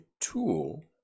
tool